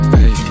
hey